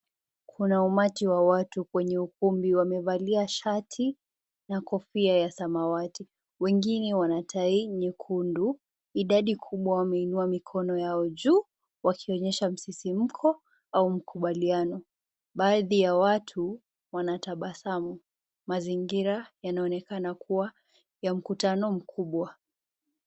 Kuna umati wa watu kwenye ukumpi, wamevalia shati na kofia ya samawati. Wengine wana tai nyekundu, idadi kubwa wameinua mikono yao juu wakionyesha msisimko au mkubaliano. Baadhi ya watu wanatabasamu mazingira yanaonekana kuwa mkutano mkubwa.